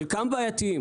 חלקם בעייתיים,